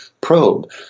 probe